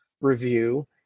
review